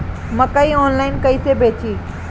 मकई आनलाइन कइसे बेची?